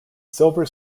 silver